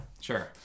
Sure